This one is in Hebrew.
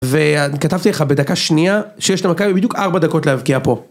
וכתבתי לך בדקה שנייה שיש למכבי בדיוק ארבע דקות להבקיע פה.